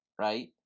right